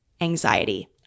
anxiety